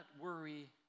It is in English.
worry